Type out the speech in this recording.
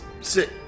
sit